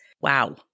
Wow